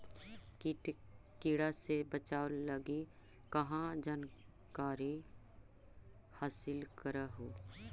किट किड़ा से बचाब लगी कहा जानकारीया हासिल कर हू?